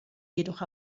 jedoch